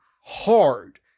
hard